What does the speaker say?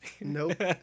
Nope